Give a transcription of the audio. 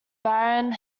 barren